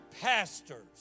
pastors